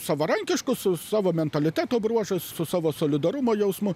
savarankiškus su savo mentaliteto bruožais su savo solidarumo jausmu